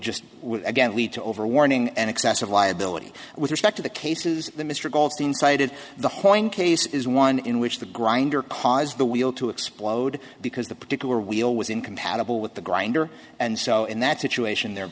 just again lead to over warning and excessive liability with respect to the cases mr goldstein cited the horn case is one in which the grinder caused the wheel to explode because the particular wheel was incompatible with the grinder and so in that situation there